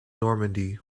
normandy